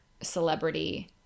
celebrity